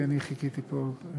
כי אני חיכיתי פה.